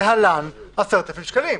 להלן 10,000 שקלים".